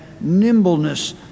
nimbleness